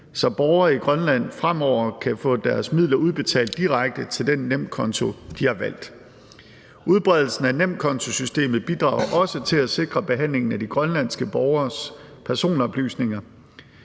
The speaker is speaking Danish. så borgere i Grønland fremover kan få deres midler udbetalt direkte til den nemkonto, de har valgt. Udbredelsen af nemkontosystemet bidrager også til at sikre behandlingen af de grønlandske borgeres personoplysninger.